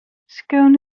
scone